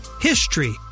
HISTORY